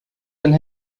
and